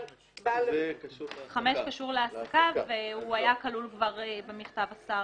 קשור להעסקה, והיה כלול כבר במכתב השר.